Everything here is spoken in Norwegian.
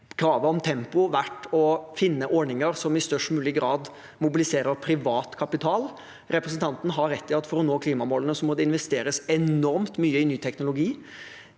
kravet om tempo har vært å finne ordninger som i størst mulig grad mobiliserer privat kapital. Representanten har rett i at for å nå klimamålene må det investeres enormt mye i ny teknologi.